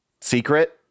secret